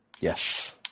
Yes